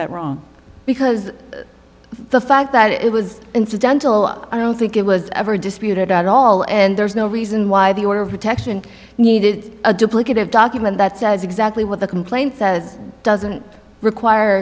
that wrong because the fact that it was incidental i don't think it was ever disputed at all and there's no reason why the order of protection needed a duplicative document that says exactly what the complaint says doesn't require